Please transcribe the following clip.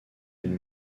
une